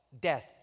death